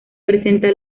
presenta